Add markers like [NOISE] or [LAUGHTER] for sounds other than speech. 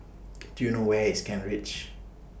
[NOISE] Do YOU know Where IS Kent Ridge